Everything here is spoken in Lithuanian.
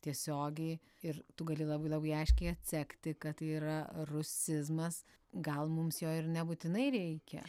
tiesiogiai ir tu gali labai labai aiškiai atsekti kad tai yra rusizmas gal mums jo ir nebūtinai reikia